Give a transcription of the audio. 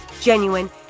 genuine